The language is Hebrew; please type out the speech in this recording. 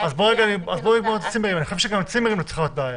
גם צימרים אני חושב שלא צריכה להיות בעיה.